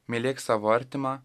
mylėk savo artimą